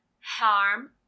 harm